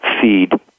feed